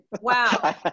wow